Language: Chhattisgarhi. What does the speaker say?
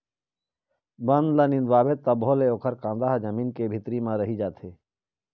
बन ल निंदवाबे तभो ले ओखर कांदा ह जमीन के भीतरी म रहि जाथे